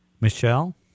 Michelle